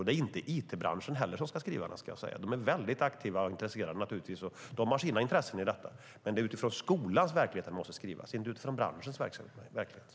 Det är inte heller it-branschen som ska skriva den; de är mycket aktiva och intresserade eftersom de har sina intressen. It-strategin måste skrivas utifrån skolans verklighet, inte utifrån branschens verklighet.